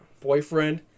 Boyfriend